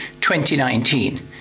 2019